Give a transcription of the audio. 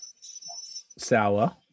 sour